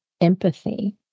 empathy